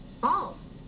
False